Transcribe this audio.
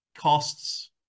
costs